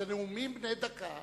אלה נאומים בני דקה.